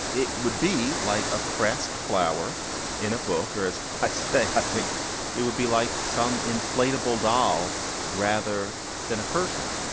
it would be like a pressed flower in a book, or as i say i think it would be like some inflatable doll rather than a person.